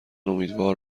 امیدوار